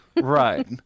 right